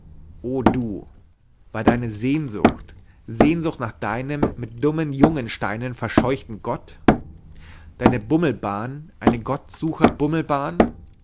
o du war deine sehnsucht sehnsucht nach deinem mit dummen jungen steinen verscheuchten gott deine bummelbahn eine gottsucherbummelbahn